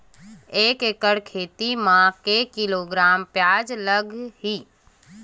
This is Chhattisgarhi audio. एक एकड़ खेती म के किलोग्राम प्याज लग ही?